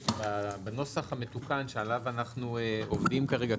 בנוסח המתוקן שעליו אנחנו עובדים כרגע,